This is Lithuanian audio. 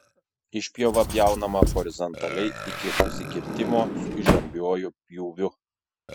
išpjova pjaunama horizontaliai iki susikirtimo su įžambiuoju pjūviu